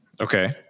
Okay